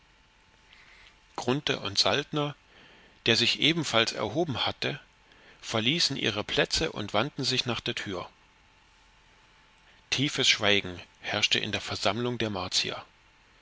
und saltner der sich ebenfalls erhoben hatte verließen ihre plätze und wandten sich nach der tür tiefes schweigen herrschte in der versammlung der